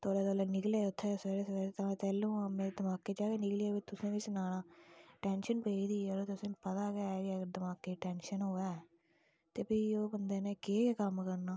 तौले तौले निकले उत्थुआं सबेरे सबेरे तैलू मेरे दिमाके च गै निकली गेआ कि तुसें गी बी सनाना टेंशन पेई गेदी ही कि तुसें गी पता गा है कि अगर दिमाके च टेंशन होऐ ते फिह् ओह् बंदे ने केह् कम्म करना